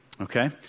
Okay